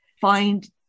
find